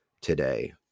today